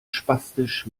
spastisch